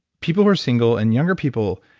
people who are single and younger people,